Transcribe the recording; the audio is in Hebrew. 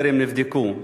טרם נבדקו.